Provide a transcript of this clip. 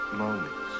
moments